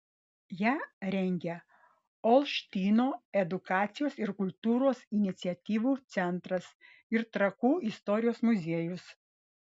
ją rengia olštyno edukacijos ir kultūros iniciatyvų centras ir trakų istorijos muziejus